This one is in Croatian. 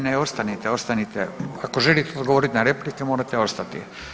Ne, ne ostanite, ostanite ako želite odgovoriti na replike morate ostati.